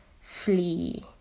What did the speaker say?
flee